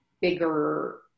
bigger